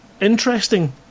interesting